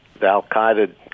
Al-Qaeda